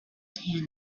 handling